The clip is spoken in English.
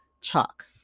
chalk